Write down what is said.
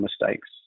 mistakes